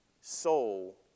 soul